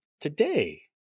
today